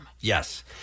Yes